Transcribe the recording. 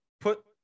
put